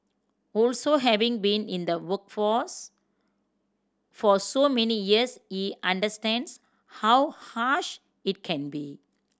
also having been in the workforce for so many years he understands how harsh it can be